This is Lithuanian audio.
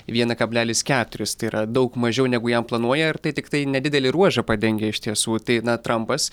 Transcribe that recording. vieną kablelis keturis tai yra daug mažiau negu jam planuoja ir tai tiktai nedidelį ruožą padengia iš tiesų tai na trampas